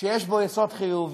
את זה שיש בו יסוד חיובי.